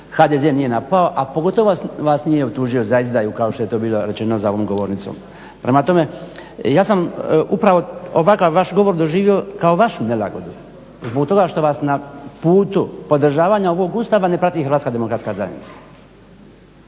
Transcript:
HDZ nije napao, a pogotovo vas nije optužio za izdaju kao što je to bilo rečeno za ovom govornicom. Prema tome, ja sam upravo ovakav vaš govor doživio kao vašu nelagodu zbog toga što vas na putu podržavanja ovog Ustava ne prati HDZ. Gotovo kao da vam je